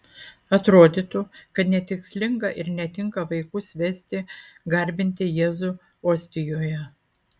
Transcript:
atrodytų kad netikslinga ir netinka vaikus vesti garbinti jėzų ostijoje